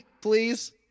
please